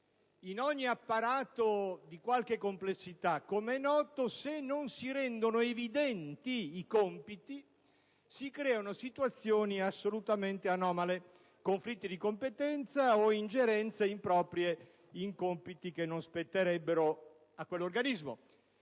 In ogni apparato di qualche complessità, come è noto, se non si rendono evidenti i compiti, si creano situazioni assolutamente anomale: conflitti di competenza o ingerenze improprie in compiti che non spetterebbero a quell'organismo.